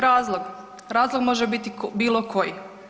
Razlog, razlog može biti bilo koji.